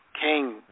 king